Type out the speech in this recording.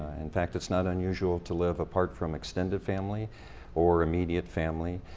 in fact, it's not unusual to live apart from extended family or immediate family,